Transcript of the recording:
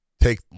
take